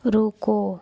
रुको